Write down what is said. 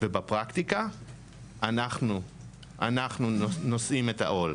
ובפרקטיקה אנחנו נושאים בעול.